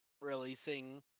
releasing